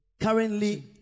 currently